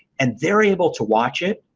and they're able to watch it,